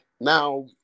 now